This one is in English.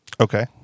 Okay